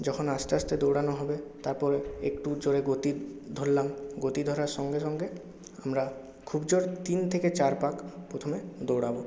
যখন আস্তে আস্তে দৌড়ানো হবে তারপরে একটু জোরে গতি ধরলাম গতি ধরার সঙ্গে সঙ্গে আমরা খুব জোর তিন থেকে চার পাক প্রথমে দৌড়াব